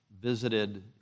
visited